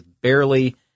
barely